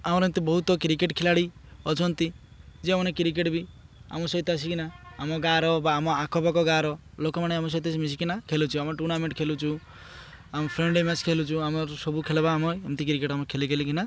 ଆମର ଏମିତି ବହୁତ କ୍ରିକେଟ୍ ଖେଳାଳି ଅଛନ୍ତି ଯେଉଁମାନେ କ୍ରିକେଟ୍ ବି ଆମ ସହିତ ଆସିକିନା ଆମ ଗାଁର ବା ଆମ ଆଖପାଖ ଗାଁର ଲୋକମାନେ ଆମ ସହିତ ମିଶିକିନା ଖେଳୁଛୁ ଆମ ଟୁର୍ଣ୍ଣାମେଣ୍ଟ୍ ଖେଳୁଛୁ ଆମ ଫ୍ରେଣ୍ଡ୍ଲି ମ୍ୟାଚ୍ ଖେଳୁଛୁ ଆମର ସବୁ ଖେଳ ବା ଆମ ଏମିତି କ୍ରିକେଟ୍ ଆମେ ଖେଳି ଖେଳିକିନା